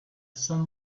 sun